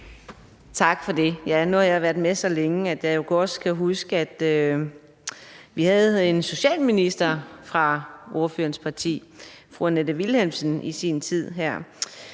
Tak for det. Nu har jeg været med så længe, at jeg jo også kan huske, at vi i sin tid havde en socialminister fra ordførerens parti, nemlig fru Annette Vilhelmsen. Men det er